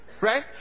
right